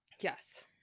Yes